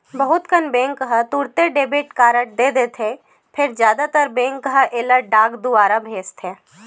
बहुत कन बेंक ह तुरते डेबिट कारड दे देथे फेर जादातर बेंक ह एला डाक दुवार भेजथे